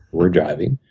we're driving.